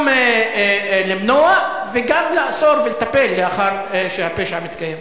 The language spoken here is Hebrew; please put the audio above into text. גם למנוע וגם לאסור ולטפל לאחר שהפשע מתקיים.